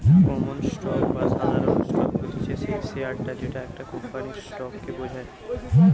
common stock বা সাধারণ stock হতিছে সেই শেয়ারটা যেটা একটা কোম্পানির স্টক কে বোঝায়